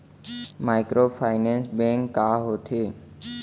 Microfinance bank का होथे?